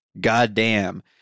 goddamn